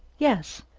yes.